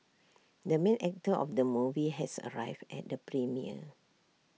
the main actor of the movie has arrived at the premiere